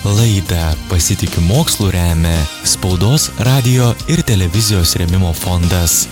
laidą pasitikiu mokslu remia spaudos radijo ir televizijos rėmimo fondas